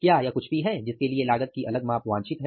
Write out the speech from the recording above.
क्या यह कुछ भी है जिसके लिए लागत की अलग माप वांछित है